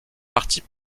partit